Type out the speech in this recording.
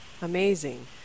Amazing